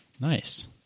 Nice